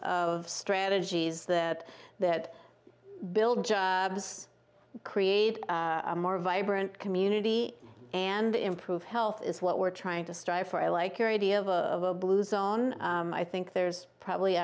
of strategies that that build create a more vibrant community and improve health is what we're trying to strive for i like your idea of a blue zone i think there's probably